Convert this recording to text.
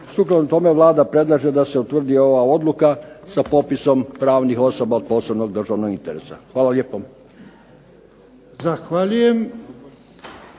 Sukladno tome Vlada predlaže da se utvrdi ova odluka sa popisom pravnih osoba od posebnog državnog interesa. Hvala lijepo.